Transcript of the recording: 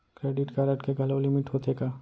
Credit card के घलव limit होथे का?